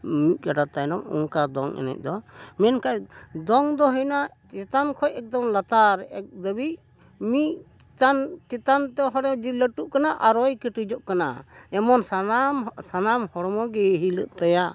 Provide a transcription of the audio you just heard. ᱢᱤᱫ ᱠᱟᱴᱟ ᱛᱟᱭᱱᱚᱢ ᱚᱱᱠᱟ ᱫᱚᱝ ᱮᱱᱮᱡ ᱫᱚ ᱢᱮᱱᱠᱷᱟᱱ ᱫᱚᱝ ᱫᱚ ᱦᱩᱭᱱᱟ ᱪᱮᱛᱟᱱ ᱠᱷᱚᱱ ᱮᱠᱫᱚᱢ ᱞᱟᱛᱟᱨ ᱮᱠᱫᱷᱟᱹᱵᱤᱡ ᱢᱤᱫ ᱪᱮᱛᱟᱱ ᱪᱮᱛᱟᱱ ᱛᱮ ᱦᱚᱲᱮ ᱡᱮ ᱞᱟᱹᱴᱩᱜ ᱠᱟᱱᱟ ᱟᱨᱚᱭ ᱠᱟᱹᱴᱤᱡᱚᱜ ᱠᱟᱱᱟ ᱮᱢᱚᱱ ᱥᱟᱱᱟᱢ ᱥᱟᱱᱟᱢ ᱦᱚᱲᱢᱚ ᱜᱮ ᱦᱤᱞᱟᱹᱜ ᱛᱟᱭᱟ